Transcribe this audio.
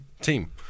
team